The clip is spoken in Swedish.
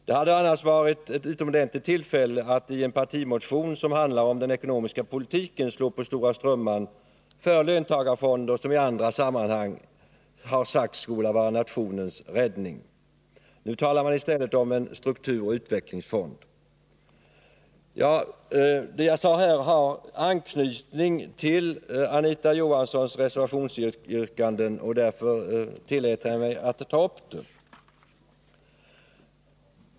Det hade annars varit ett utomordentligt tillfälle att i en partimotion som handlar om den ekonomiska politiken slå på stora trumman för löntagarfonder, som i andra sammanhang har sagts skola vara nationens räddning. Nu talar man i stället om en strukturoch utvecklingsfond. Det jag sade här tidigare har anknytning till Anita Johanssons reservationsyrkande, och därför tillät jag mig att ta upp det.